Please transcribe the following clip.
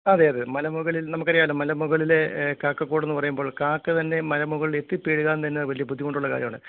അതെയതെ മലമുകളിൽ നമുക്കറിയാല്ലോ മലമുകളിലെ കാക്കക്കൂടെന്ന് പറയുമ്പോൾ കാക്ക തന്നെ മലമുകളിലെത്തിപ്പെടുവാൻ തന്നെ വലിയ ബുദ്ധിമുട്ടുള്ള കാര്യമാണ്